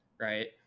right